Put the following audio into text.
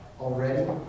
already